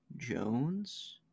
Jones